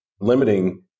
limiting